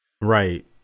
Right